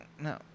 no